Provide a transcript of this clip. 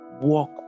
walk